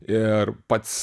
ir pats